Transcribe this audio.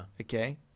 Okay